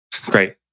Great